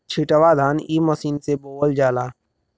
छिटवा धान इ मशीन से बोवल जाला